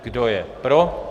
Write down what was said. Kdo je pro?